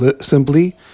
simply